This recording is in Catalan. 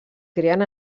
creen